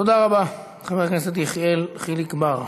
תודה רבה, חבר הכנסת יחיאל חיליק בר.